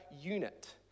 unit